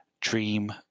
dream